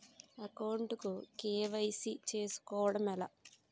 Account కు KYC చేసుకోవడం ఎలా?